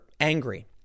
angry